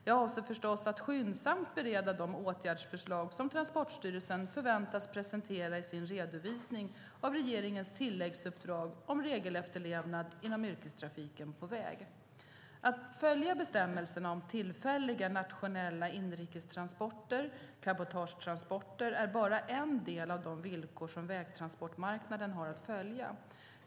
Jag avser förstås att skyndsamt bereda de åtgärdsförslag som Transportstyrelsen förväntas presentera i sin redovisning av regeringens tilläggsuppdrag om regelefterlevnad inom yrkestrafiken på väg. Att följa bestämmelserna om tillfälliga nationella inrikestransporter, cabotagetransporter, är bara en del av de villkor som vägtransportmarknaden har att följa.